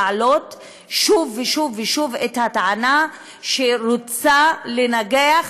להעלות שוב ושוב ושוב את הטענה שרוצה לנגח